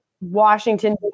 Washington